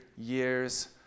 years